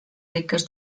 riques